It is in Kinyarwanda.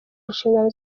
inshingano